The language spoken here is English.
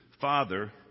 father